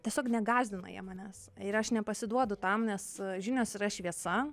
tiesiog negąsdina jie manęs ir aš nepasiduodu tam nes žinios yra šviesa